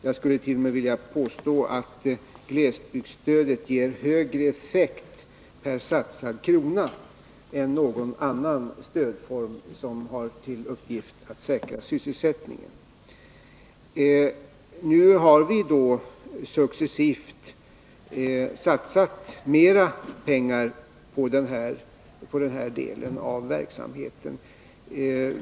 Jag skulle t.o.m. vilja påstå att glesbygdsstödet ger högre effekt per satsad krona än någon annan stödform som har till uppgift att säkra sysselsättningen. Nu har vi successivt satsat mer pengar på den här delen av verksamheten.